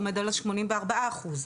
עומד על 84 אחוז,